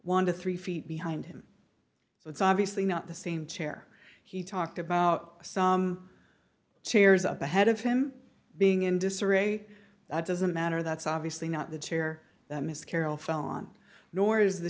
one to three feet behind him so it's obviously not the same chair he talked about some chairs ahead of him being in disarray that doesn't matter that's obviously not the chair that mr carroll fell on nor is the